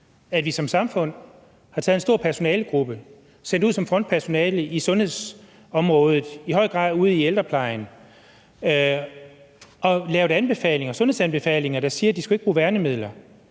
at vi som samfund har sendt en stor personalegruppe ud som frontpersonale på sundhedsområdet – i høj grad ude i ældreplejen – og lavet sundhedsanbefalinger, der siger, at de ikke skulle bruge værnemidler,